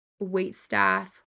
waitstaff